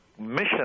mission